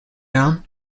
down